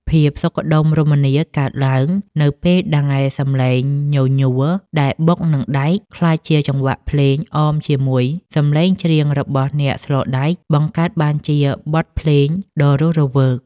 ភាពសុខដុមរមនាកើតឡើងនៅពេលដែលសម្លេងញញួរដែលបុកនឹងដែក ក្លាយជាចង្វាក់ភ្លេងអមជាមួយសម្លេងច្រៀងរបស់អ្នកស្លដែក បង្កើតបានជាបទភ្លេងដ៏រស់រវើក។